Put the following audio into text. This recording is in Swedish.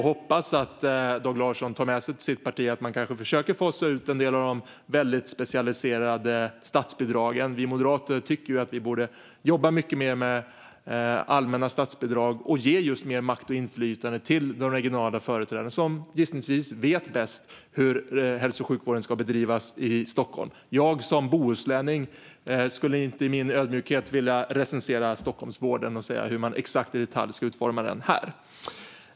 Jag hoppas att Dag Larsson tar med sig till sitt parti att man kan försöka fasa ut en del av de mycket specialiserade statsbidragen. Vi moderater tycker att man borde jobba mer med allmänna statsbidrag och ge mer makt och inflytande åt just de regionala företrädarna, som gissningsvis vet bäst hur hälso och sjukvården ska bedrivas i till exempel Stockholm. Jag som bohuslänning skulle inte i min ödmjukhet vilja recensera Stockholmsvården och säga hur den exakt i detalj ska utformas här.